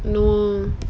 no